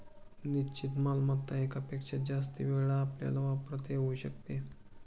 निश्चित मालमत्ता एकापेक्षा जास्त वेळा आपल्याला वापरता येऊ शकते